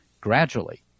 gradually